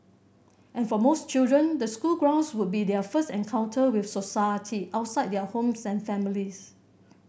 and for most children the school grounds would be their first encounter with society outside their homes and families